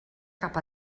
cap